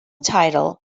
title